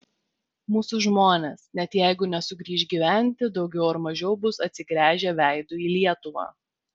mūsų žmonės net jeigu nesugrįš gyventi daugiau ar mažiau bus atsigręžę veidu į lietuvą